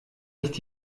nicht